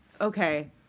Okay